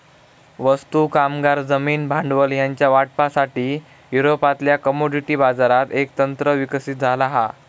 वस्तू, कामगार, जमीन, भांडवल ह्यांच्या वाटपासाठी, युरोपातल्या कमोडिटी बाजारात एक तंत्र विकसित झाला हा